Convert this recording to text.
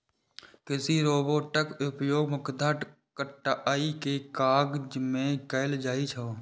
कृषि रोबोटक उपयोग मुख्यतः कटाइ के काज मे कैल जाइ छै